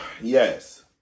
Yes